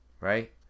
right